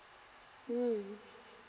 mm